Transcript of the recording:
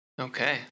Okay